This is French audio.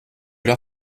leur